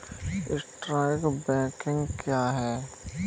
Stock broking क्या है?